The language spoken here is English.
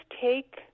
take